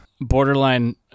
borderline